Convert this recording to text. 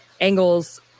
angles